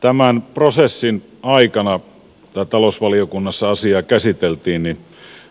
tämän prosessin aikana kun talousvaliokunnassa asiaa käsiteltiin